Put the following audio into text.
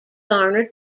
garnered